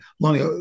Lonnie